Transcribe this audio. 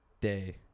Day